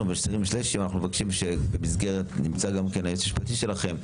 --- אנחנו מבקשים שבמסגרת נמצא גם היועץ המשפטי שלכם,